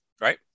right